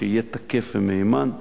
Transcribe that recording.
שיהיה תקף ונאמן.